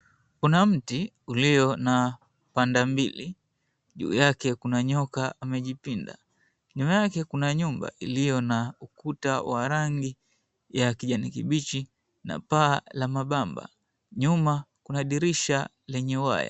Kuna mti ulio na pande mbili juu yake kuna nyoka amejipinda nyuma yake kuna nyumba iliyo na ukuta wa rangi ya kijani kibichi na paa la mapamba, nyuma kuna dirisha lenye waya.